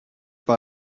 war